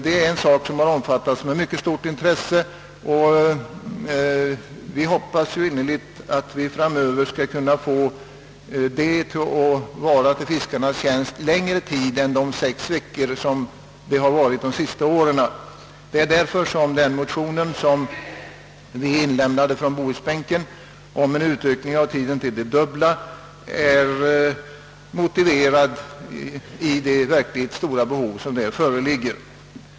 Det har omfattats med mycket stort intresse, och vi hoppas innerligt att det framöver skall kunna stå till fiskarnas tjänst längre tid än sex veckor, vilket varit fallet under de senaste åren. Den motion som vi från bohusbänken inlämnat om en utökning av tiden till det dubbla är därför motiverad av de verkligt stora behov som här föreligger.